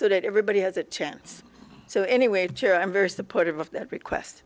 so that everybody has a chance so anyway chair i'm very supportive of that request